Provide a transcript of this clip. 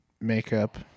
makeup